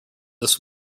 this